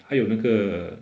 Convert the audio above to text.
还有那个